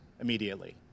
immediately